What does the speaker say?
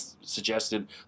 suggested